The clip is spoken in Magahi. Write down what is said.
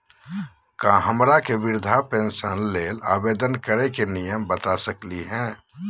का हमरा के वृद्धा पेंसन ल आवेदन करे के नियम बता सकली हई?